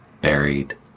buried